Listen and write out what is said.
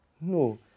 No